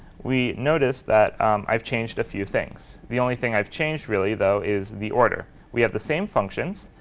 we notice that i've changed a few things. the only thing i've changed really though is the order. we have the same functions,